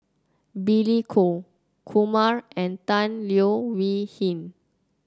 Billy Koh Kumar and Tan Leo Wee Hin